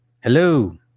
Hello